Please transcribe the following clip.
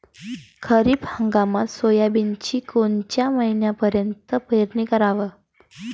खरीप हंगामात सोयाबीनची कोनच्या महिन्यापर्यंत पेरनी कराव?